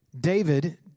David